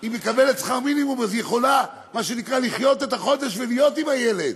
היא מקבלת שכר מינימום אז היא יכולה לחיות את החודש ולהיות עם הילד.